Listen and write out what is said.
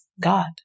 God